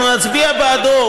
אנחנו נצביע בעדו,